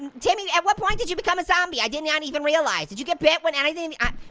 timmy at what point did you become a zombie? i did not even realize did you get but get when and i think i?